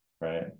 right